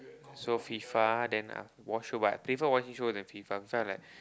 so FIFA then uh watch shows but i prefer watching shows than FIFA i find like